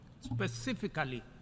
specifically